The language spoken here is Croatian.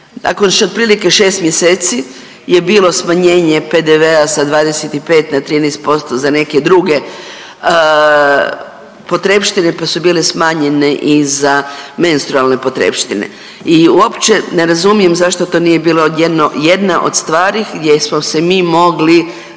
Nakon što otprilike šest mjeseci je bilo smanjenje PDV-a sa 25 na 13% za neke druge potrepštine, pa su bile smanjene i za menstrualne potrepštine. I uopće ne razumijem zašto to nije bilo jedna od stvari gdje smo se mogli